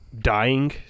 dying